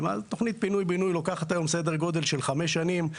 תוכנית פינוי בינוי לוקחת היום סגר גודל של 5 שנים,